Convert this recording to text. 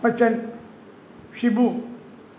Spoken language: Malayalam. അപ്പച്ചൻ ഷിബു